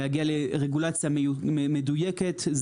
להגיע לרגולציה מדויקת,